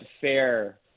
fair